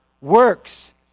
works